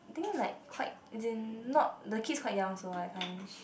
I think like quite as in not legit quite young also lah that kind